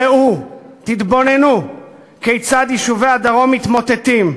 ראו, תתבוננו כיצד יישובי הדרום מתמוטטים.